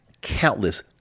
countless